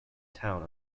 town